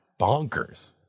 bonkers